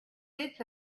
bits